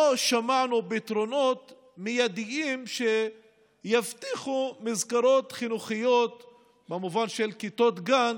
לא שמענו פתרונות מיידיים שיבטיחו מסגרות חינוכיות במובן של כיתות גן